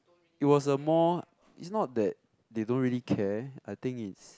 it was a more it's not that they don't really care I think it's